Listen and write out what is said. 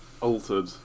altered